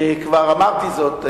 כבר אמרתי זאת,